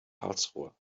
karlsruhe